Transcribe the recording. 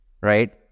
right